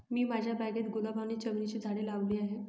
मी माझ्या बागेत गुलाब आणि चमेलीची झाडे लावली आहे